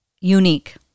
Unique